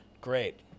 great